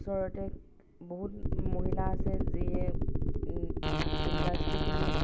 ওচৰতে বহুত মহিলা আছে যিয়ে ইণ্ডাষ্ট্ৰি খুলি